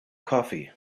coffee